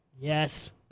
Yes